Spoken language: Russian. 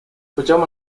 путем